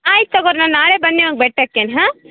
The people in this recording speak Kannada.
ಆಯ್ತು ತಗೋರಿ ನಾನು ನಾಳೆ ಬಂದ್ನೆವ್ ಬೆಟ್ ಎಕ್ಕೇನ್ ಹಾಂ